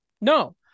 No